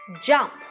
jump